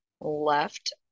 left